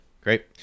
great